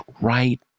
right